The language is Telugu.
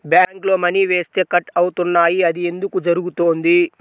బ్యాంక్లో మని వేస్తే కట్ అవుతున్నాయి అది ఎందుకు జరుగుతోంది?